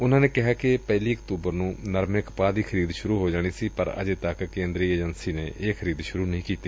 ਉਨਾਂ ਕਿਹੈ ਕਿ ਪੇਹਿਲੀ ਅਕੜੂਬਰ ਨੂੰ ਨਰਮੇ ਕਪਾਹ ਦੀ ਖਰੀਦ ਸੂਰੂ ਹੋ ਜਾਣੀ ਸੀ ਪਰ ਅਜੇ ਤੱਕ ਕੇਂਦਰੀ ਏਜੰਸੀ ਨੇ ਇਹ ਖਰੀਦ ਸੁਰੂ ਨਹੀਂ ਕੀਤੀ